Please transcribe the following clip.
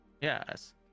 Yes